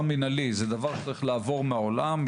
מנהלי זה דבר שצריך לעבור מהעולם.